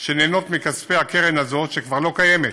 שנהנות מכספי הקרן הזאת, שכבר לא קיימת,